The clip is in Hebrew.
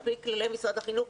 כל פי כללי משרד החינוך,